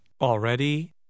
Already